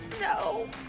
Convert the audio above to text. No